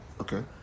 Okay